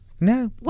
No